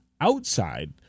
outside